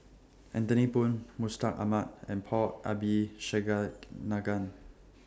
Anthony Poon Mustaq Ahmad and Paul